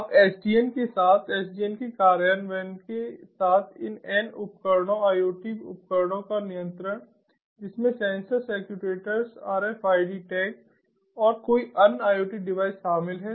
अब SDN के साथ SDN के कार्यान्वयन के साथ इन n उपकरणों IoT उपकरणों का नियंत्रण जिसमें sensors actuators RF id tag और कोई अन्य IoT डिवाइस शामिल हैं